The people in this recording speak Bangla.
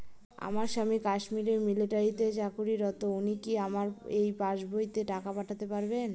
আমার স্বামী কাশ্মীরে মিলিটারিতে চাকুরিরত উনি কি আমার এই পাসবইতে টাকা পাঠাতে পারবেন?